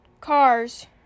cars